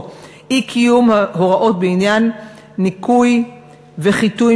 או אי-קיום הוראות בעניין ניקוי וחיטוי